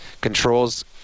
controls